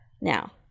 now